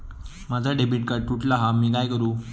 माझा debit card तुटला हा आता मी काय करू?